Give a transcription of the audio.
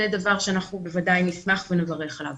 זה דבר שאנחנו בוודאי נשמח ונברך עליו.